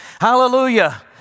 Hallelujah